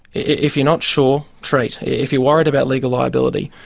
if you're not sure, treat. if you're worried about legal liability,